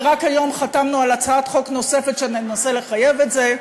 ורק היום חתמנו על הצעת חוק נוספת שננסה לחייב את זה,